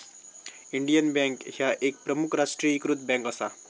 Indian Bank ह्या एक प्रमुख राष्ट्रीयीकृत बँक असा